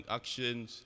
actions